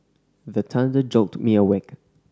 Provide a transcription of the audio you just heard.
the thunder jolt me awake